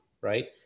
right